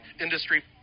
industry